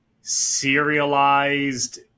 serialized